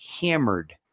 hammered